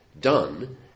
done